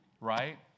right